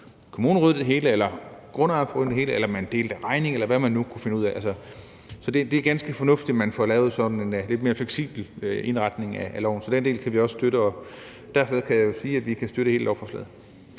kommunen eller grundejerforeningen ryddede det hele, at man delte regningen, eller hvad man nu kunne finde ud af. Så det er ganske fornuftigt, at man får lavet en lidt mere fleksibel indretning af loven. Så den del kan vi også støtte. Derfor kan jeg sige, at vi kan støtte hele lovforslaget.